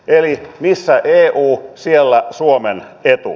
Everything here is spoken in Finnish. eli missä eu siellä suomen etu